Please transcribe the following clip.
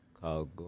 called